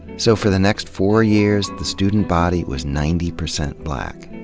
so for the next four years, the student body was ninety percent black.